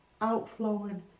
outflowing